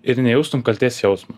ir nejaustum kaltės jausmo